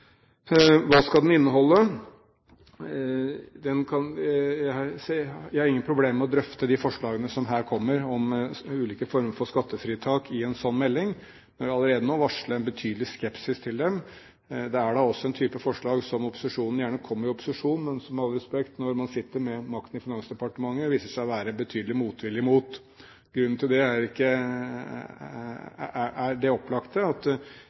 Hva skal den inneholde? Jeg har ingen problemer med å drøfte i en sånn melding de forslagene som her kommer om ulike former for skattefritak, men jeg vil allerede nå varsle en betydelig skepsis til dem. Det er da også en type forslag som opposisjonen gjerne kommer med i opposisjon, men som det – med all respekt – når man sitter med makten i Finansdepartementet, viser seg å være betydelig motvilje mot. Grunnen til det er det opplagte, at